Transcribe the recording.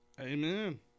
Amen